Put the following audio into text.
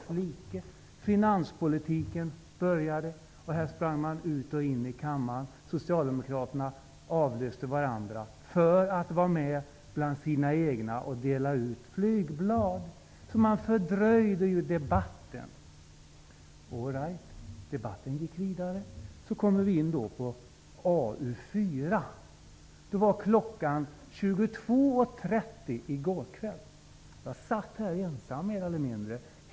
Debatten om finanspolitiken började, men socialdemokraterna sprang ut och in i kammaren och avlöste varandra för att kunna vara med bland sina egna och dela ut flygblad. De fördröjde debatten! Men debatten gick vidare, och vi kom in på betänkande AU4. Då var klockan 22.30 på kvällen. Jag satt i kammaren praktiskt taget ensam.